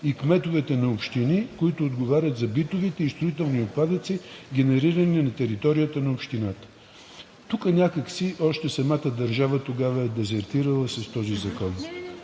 и кметовете на общини, които отговарят за битовите и строителни отпадъци, генерирани на територията на общината. Тук някак си още тогава самата държава е дезертирала с този закон.